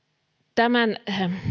tämän